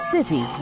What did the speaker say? City